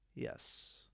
Yes